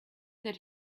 that